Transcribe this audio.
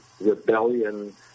rebellion